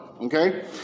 Okay